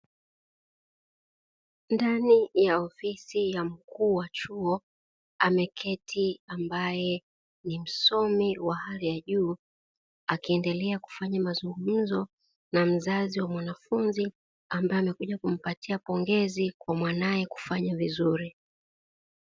Ndani ya ofisi ya mkuu wa chuo, ameketi ambaye ni msomi wa hali ya juu akiendelea kufanya mazungumzo na mzazi wa mwanafunzi; ambaye amekuja kumpatia pongezi kwa mwanaye kufanya vizuri.